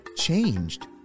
changed